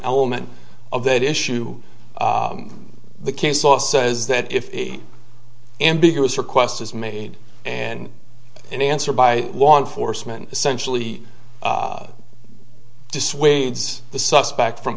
element of that issue the case law says that if ambiguous request is made and an answer by law enforcement essentially dissuades the suspect from